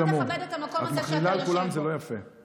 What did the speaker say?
לפחות תכבד את המקום הזה שאתה יושב בו.